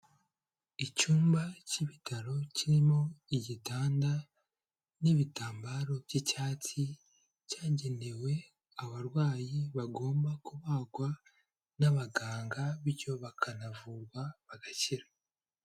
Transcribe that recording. Icyumba cy'ibitaro kirimo igitanda n'ibitambaro by'icyatsi, cyagenewe abarwayi bagomba kubagwa n'abaganga, bityo bakanavurwa bagakira.